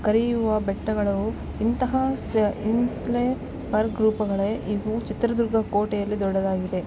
ಕರೆಯುವ ಬೆಟ್ಟಗಳು ಇಂತಹ ಸೇ ಇನ್ಸ್ಲೇ ಬರ್ ಗ್ರೂಪುಗಳೆ ಇವು ಚಿತ್ರದುರ್ಗ ಕೋಟೆಯಲ್ಲಿ ದೊಡ್ದಾಗಿದೆ